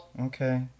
Okay